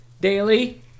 daily